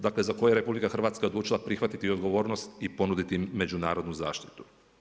Dakle, za koje je RH, odlučila prihvatiti odgovornost i ponuditi im međunarodnu zaštitu.